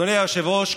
אדוני היושב-ראש,